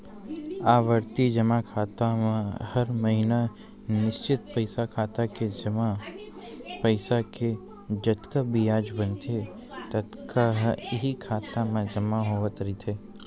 आवरती जमा खाता म हर महिना निस्चित पइसा खाता के जमा पइसा के जतका बियाज बनथे ततका ह इहीं खाता म जमा होवत रहिथे